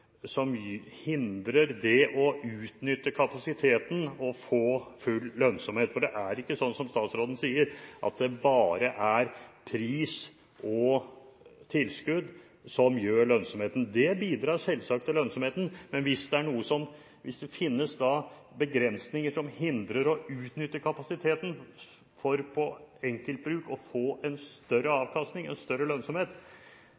som hindrer det å utnytte kapasiteten og få full lønnsomhet. For det er ikke slik som statsråden sier, at det bare er pris og tilskudd som gir lønnsomhet. Det bidrar selvsagt til lønnsomhet, men hvis det finnes begrensninger som hindrer å utnytte kapasiteten for å få en større